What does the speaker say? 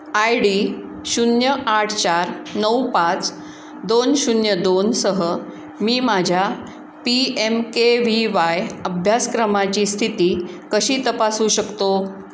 I D शून्य आठ चार नऊ पाच दोन शून्य दोनसह मी माझ्या P M K V Y अभ्यासक्रमाची स्थिती कशी तपासू शकतो